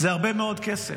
זה הרבה מאוד כסף,